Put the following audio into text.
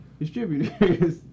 distributors